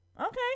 Okay